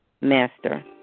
Master